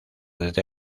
desde